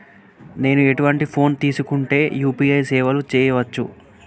నేను ఎటువంటి ఫోన్ తీసుకుంటే యూ.పీ.ఐ సేవలు చేయవచ్చు?